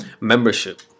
Membership